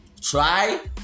try